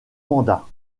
mandat